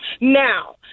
Now